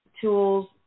tools